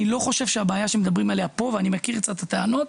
אני לא חושב שהבעיה שמדברים עליה פה - ואני מכיר קצת את הטענות,